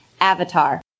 Avatar